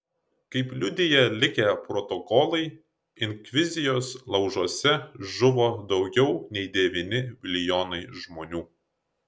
kaip liudija likę protokolai inkvizicijos laužuose žuvo daugiau nei devyni milijonai žmonių